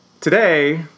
Today